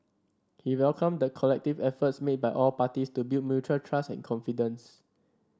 he welcomed the collective efforts made by all parties to build mutual trust and confidence